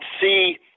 see